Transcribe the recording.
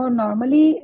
normally